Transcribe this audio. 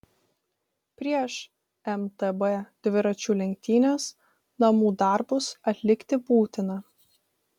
prieš mtb dviračių lenktynes namų darbus atlikti būtina